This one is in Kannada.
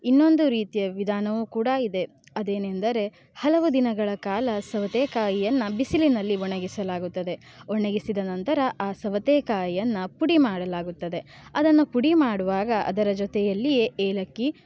ಇನ್ನೊಂದು ರೀತಿಯ ವಿಧಾನವೂ ಕೂಡ ಇದೆ ಅದೇನೆಂದರೆ ಹಲವು ದಿನಗಳ ಕಾಲ ಸವತೇಕಾಯಿಯನ್ನು ಬಿಸಿಲಿನಲ್ಲಿ ಒಣಗಿಸಲಾಗುತ್ತದೆ ಒಣಗಿಸಿದ ನಂತರ ಆ ಸವತೇಕಾಯಿಯನ್ನು ಪುಡಿ ಮಾಡಲಾಗುತ್ತದೆ ಅದನ್ನು ಪುಡಿ ಮಾಡುವಾಗ ಅದರ ಜೊತೆಯಲ್ಲಿಯೇ ಏಲಕ್ಕಿ